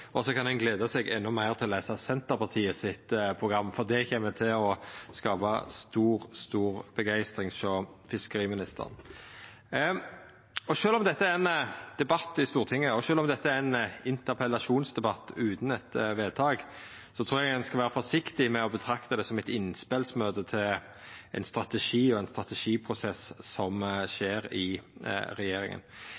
kan gleda seg endå meir til å lesa Senterpartiet sitt program, for det kjem til å skapa stor, stor begeistring hos fiskeriministeren. Og sjølv om dette er ein debatt i Stortinget, og sjølv om dette er ein interpellasjonsdebatt utan eit vedtak, trur eg ein skal vera forsiktig med å betrakta det som eit innspelsmøte til ein strategi og ein strategiprosess som